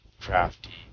crafty